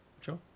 sure